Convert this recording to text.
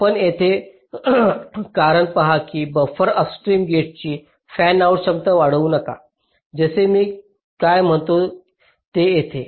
आपण येथे कारण पहा की बफर अपस्ट्रीम गेट्सची फॅनआउट क्षमता वाढवू नका जसे मी काय म्हणतो ते येथे